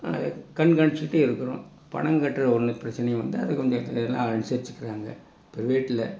கண்காணிச்சுட்டே இருக்குறோம் பணம் கட்டுறது ஒன்று பிரச்சினைய வந்து அதை கொஞ்சம் கட்டலேனா அனுசரிச்சுக்கிறாங்க பிரைவேட்டில்